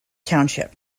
township